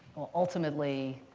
well, ultimately,